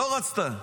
לא רצתה.